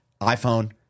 iPhone